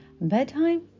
Bedtime